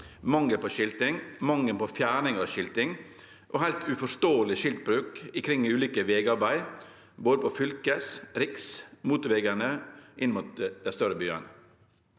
mangel på skilting, mangel på fjerning av skilting og heilt uforståeleg skiltbruk ikring ulike vegarbeid både på fylkes-, riks- og motorvegane inn mot dei større byane.